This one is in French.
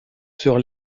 sur